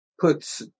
puts